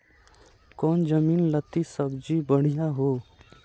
कौन जमीन लत्ती सब्जी बढ़िया हों?